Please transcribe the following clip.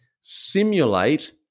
simulate